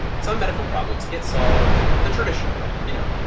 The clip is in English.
some medical problems get solved the traditional way you know,